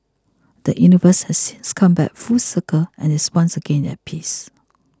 the universe has since come back full circle and is once again at peace